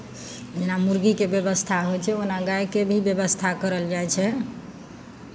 जेना मुरगीके व्यवस्था होइ छै ओना गायके भी व्यवस्था करल जाइ छै